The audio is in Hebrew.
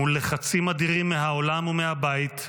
מול לחצים אדירים מהעולם ומהבית,